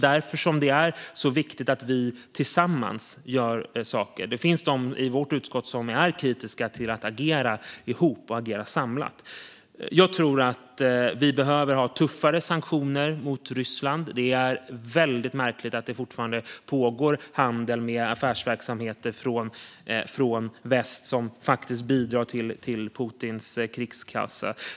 Därför är det också viktigt att göra saker tillsammans, även om det finns de i utrikesutskottet som är kritiska till att agera samlat. Jag tror att vi behöver ha tuffare sanktioner mot Ryssland. Det är väldigt märkligt att det fortfarande förekommer att väst bedriver affärsverksamhet där, vilket bidrar till Putins krigskassa.